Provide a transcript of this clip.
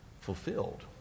fulfilled